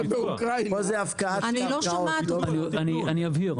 -- אני אבהיר.